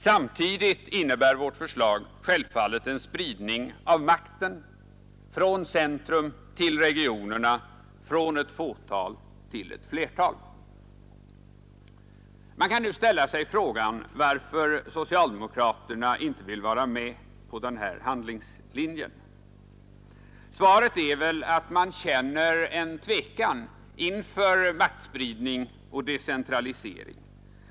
Samtidigt innebär vårt förslag självfallet en spridning av makten från centrum till regionerna, från ett fåtal till ett flertal. Man kan nu ställa sig frågan varför socialdemokraterna inte vill vara med på den här handlingslinjen. Svaret är väl att man känner en tvekan inför maktspridning och decentralisering.